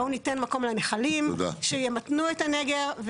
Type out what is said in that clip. בואו ניתן מקום לנחלים שימתנו את הנגר,